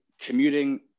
commuting